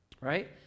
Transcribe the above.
Right